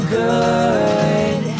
good